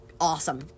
Awesome